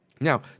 Now